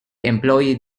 employ